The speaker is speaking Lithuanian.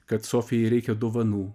kad sofijai reikia dovanų